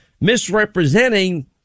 misrepresenting